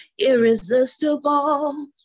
irresistible